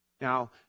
Now